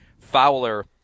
Fowler